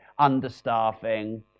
understaffing